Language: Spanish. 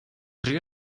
río